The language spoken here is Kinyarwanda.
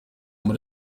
muri